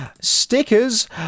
stickers